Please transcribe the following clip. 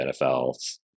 NFL